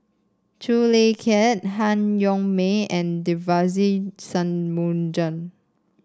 Khoo Kay Hian Han Yong May and Devagi Sanmugam